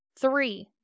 three